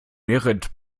merit